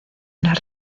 las